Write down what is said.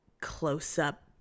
close-up